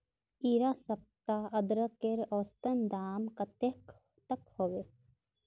इडा सप्ताह अदरकेर औसतन दाम कतेक तक होबे?